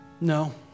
No